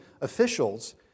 officials